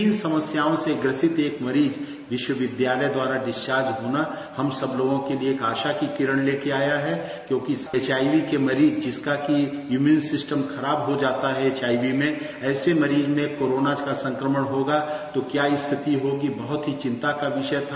तीन समस्याओं से ग्रसित एक मरीज विश्वविद्यालय द्वारा डिस्चार्ज होना हम सब लोगों के लिए एक आशा की किरण ले के आया है क्योंकि इस एचआईवी के मरीज जिसका के इम्यूनिम सिस्टम खराब हो जाता है एचआईवी में ऐसे मरीज में कोरोना का संक्रमण होगा तो क्या स्थिति होगी बहुत ही विंता का विषय था